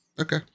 Okay